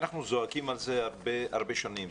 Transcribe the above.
אנחנו זועקים על זה הרבה שנים.